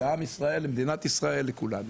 לעם ישראל, למדינת ישראל, לכולנו